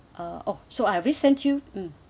uh oh so I already sent you mm